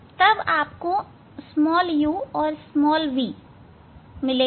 तब आपको u और v मिलेगा